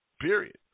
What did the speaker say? Period